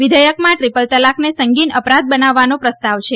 વિઘેયકમાં દ્રિપલ તલાકને સંગીન અપરાધ બનાવવાનો પ્રસ્તાવ છે